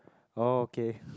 oh okay